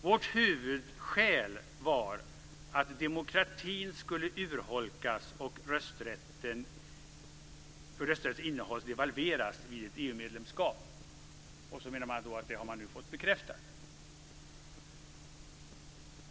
Vårt huvudskäl var att demokratin skulle urholkas och rösträttens innehåll devalveras vid ett EU medlemskap." Detta, menar man, har man nu fått bekräftat.